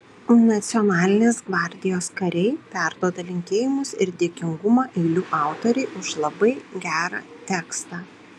nacionalinės gvardijos kariai perduoda linkėjimus ir dėkingumą eilių autorei už labai gerą tekstą